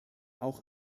auch